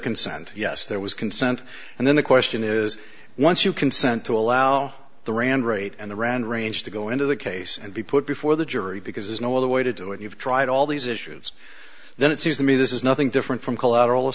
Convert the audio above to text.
consent yes there was consent and then the question is once you consent to allow the rand rate and the rand range to go into the case and be put before the jury because there's no other way to do it you've tried all these issues then it seems to me this is nothing different from collateral